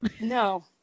No